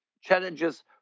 challenges